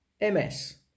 MS